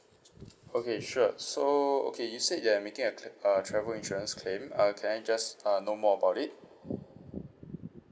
okay sure so okay you said you're making a claim a travel insurance claim uh can I just uh know more about it